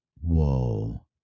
whoa